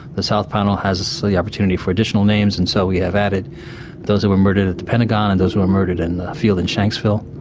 the south panel has a so similar opportunity for additional names and so we have added those who were murdered at the pentagon and those who were murdered in the field in shanksville,